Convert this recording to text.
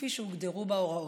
כפי שהוגדרו בהוראות.